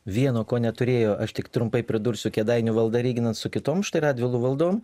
vieno ko neturėjo aš tik trumpai pridursiu kėdainių valda lyginant su kitom štai radvilų valdom